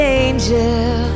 angel